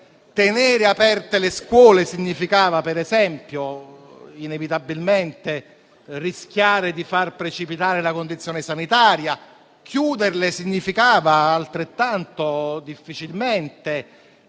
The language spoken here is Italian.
Tenere aperte le scuole significava inevitabilmente rischiare di far precipitare la condizione sanitaria, chiuderle significava, altrettanto difficilmente,